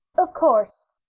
of course,